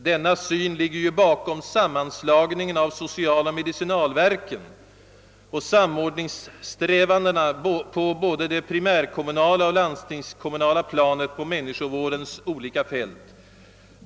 Detta synsätt ligger bakom samman slagningen av socialoch medicinalstyrelserna och samordningssträvandena på både det primärkommunala och landstingskommunala planet på människovårdens olika fält.